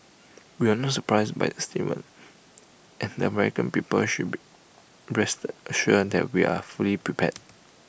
we are not surprised by statement and the American people should be rest assured that we are fully prepared